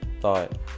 thought